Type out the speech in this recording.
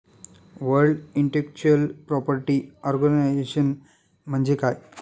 World intellectual property organization म्हणजे काय?